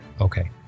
Okay